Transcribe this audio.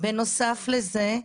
בנוסף לזה,